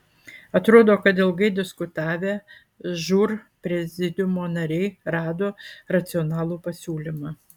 atrodo kad ilgai diskutavę žūr prezidiumo nariai rado racionalų pasiūlymą